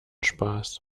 spaß